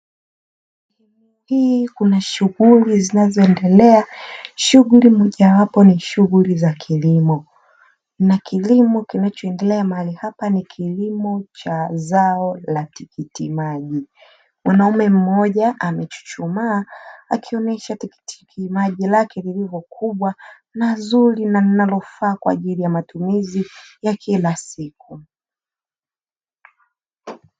Hii kuna shughuli zinazo endelea, shughuli mojawapo ni shughuli za kilimo, na kilimo kinacho endelea mahali hapa ni kilimo cha zao la tikiti maji. Mwanaume mmoja amechuchumaa akionyesha tikiti maji lake lilivo kubwa na zuri na linalofaa kwa matumizi ya kila siku.